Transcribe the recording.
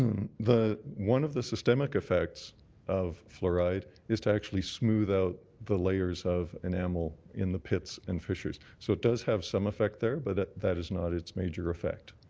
one of the systemic effects of fluoride is to actually smooth out the layers of enamel in the pits and fissures. so it does have some effect there, but that is not its major effect.